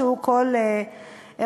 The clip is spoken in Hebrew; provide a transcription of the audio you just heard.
שהוא כל ארץ-ישראל,